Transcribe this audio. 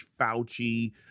Fauci